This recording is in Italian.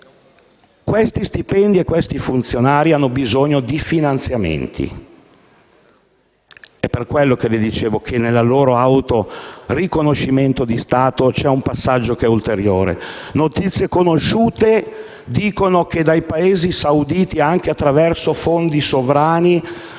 quegli stipendi e quei funzionari hanno bisogno di finanziamenti e per quello le dicevo che nel loro autoriconoscimento come Stato c'è un passaggio ulteriore. Notizie conosciute riferiscono che in pochi anni dai Paesi sauditi, anche attraverso fondi sovrani,